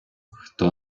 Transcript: хто